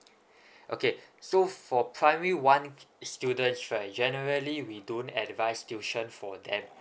okay so for primary one student right generally we don't advise tuition for them